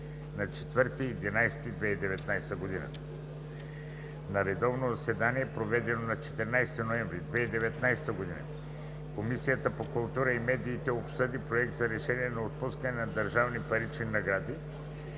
на 4 ноември 2019 г. На редовно заседание, проведено на 14 ноември 2019 г., Комисията по културата и медиите обсъди Проект на решение за отпускане на държавни парични награди